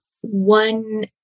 one